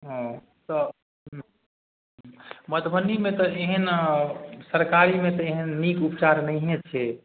हँ तऽ मधुबनीमे तऽ एहन सरकारीमे तऽ एहन नीक उपचार नहिए छै